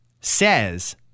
says